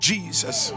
Jesus